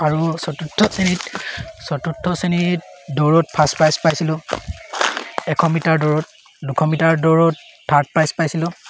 আৰু চতুৰ্থ শ্ৰেণীত চতুৰ্থ শ্ৰেণীত দৌৰত ফাৰ্ষ্ট প্ৰাইজ পাইছিলোঁ এশ মিটাৰ দৌৰত দুশ মিটাৰ দৌৰত থাৰ্ড প্ৰাইজ পাইছিলোঁ